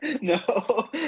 No